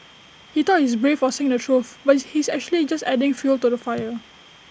he thought he's brave for saying the truth but is he's actually just adding fuel to the fire